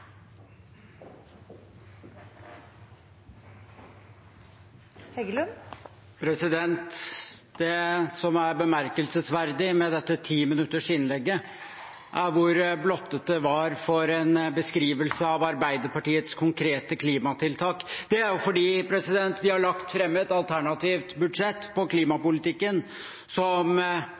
replikkordskifte. Det som er bemerkelsesverdig med dette timinuttersinnlegget, er hvor blottet det var for en beskrivelse av Arbeiderpartiets konkrete klimatiltak. Det er jo fordi de har lagt fram et alternativt budsjett for klimapolitikken som